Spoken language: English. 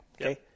okay